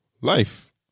life